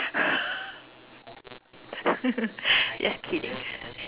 just kidding